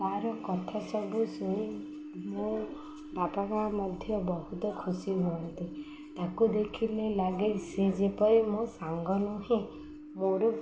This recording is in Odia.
ତାର କଥା ସବୁ ଶୁଣି ମୋ ବାପାଙ୍କ ମଧ୍ୟ ବହୁତ ଖୁସି ହୁଅନ୍ତି ତାକୁ ଦେଖିଲେ ଲାଗେ ସି ଯେପରି ମୋ ସାଙ୍ଗ ନୁହେଁ ମୋର